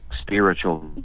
spiritual